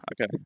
okay